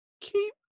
Keep